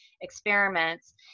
experiments